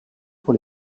pour